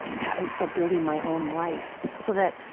start building my own life. so that,